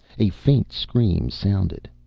a faint scream sounded,